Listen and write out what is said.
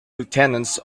lieutenant